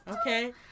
Okay